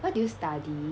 what did you study